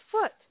foot